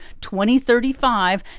2035